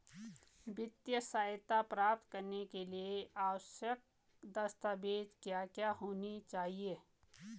वित्तीय सहायता प्राप्त करने के लिए आवश्यक दस्तावेज क्या क्या होनी चाहिए?